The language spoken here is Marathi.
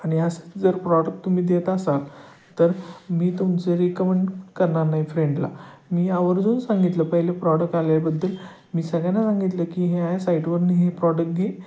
आणि असं जर प्रॉडक तुम्ही देत असाल तर मी तुमचे रिकमेंड करणार नाही फ्रेंडला मी आवर्जून सांगितलं पहिले प्रॉडक आल्याबद्दल मी सगळ्यांना सांगितलं की ह्या ह्या साईटवरून हे प्रॉडक घे